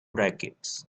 wreckage